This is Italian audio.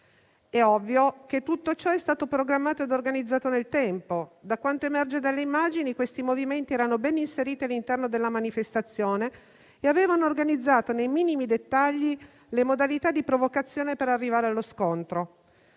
È ovvio che tutto ciò è stato programmato ed organizzato nel tempo, da quanto emerge dalle immagini questi movimenti erano ben inseriti all'interno della manifestazione e avevano organizzato nei minimi dettagli le modalità di provocazione per arrivare allo scontro.